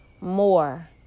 more